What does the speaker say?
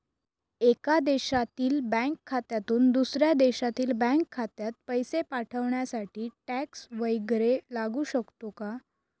एका देशातील बँक खात्यातून दुसऱ्या देशातील बँक खात्यात पैसे पाठवण्यासाठी टॅक्स वैगरे लागू शकतो का?